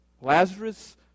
Lazarus